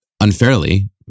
unfairly